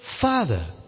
Father